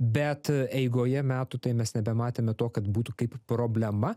bet eigoje metų tai mes nebematėme to kad būtų kaip problema